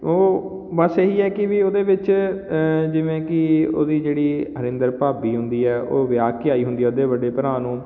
ਉਹ ਬਸ ਇਹੀ ਹੈ ਕਿ ਵੀ ਉਹਦੇ ਵਿੱਚ ਜਿਵੇਂ ਕਿ ਉਹਦੀ ਜਿਹੜੀ ਹਰਿੰਦਰ ਭਾਬੀ ਹੁੰਦੀ ਹੈ ਉਹ ਵਿਆਹ ਕੇ ਆਈ ਹੁੰਦੀ ਉਹਦੇ ਵੱਡੇ ਭਰਾ ਨੂੰ